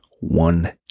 one